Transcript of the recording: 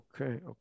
Okay